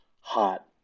hot